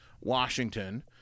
Washington